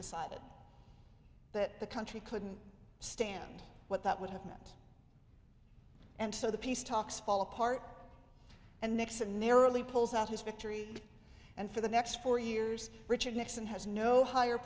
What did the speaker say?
decided that the country couldn't stand what that would have meant and so the peace talks fall apart and nixon narrowly pulls out his victory and for the next four years richard nixon has no higher